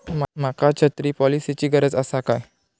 माका छत्री पॉलिसिची गरज आसा काय?